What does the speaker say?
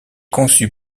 conçu